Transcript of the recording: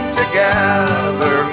together